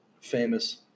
famous